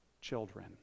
children